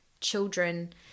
children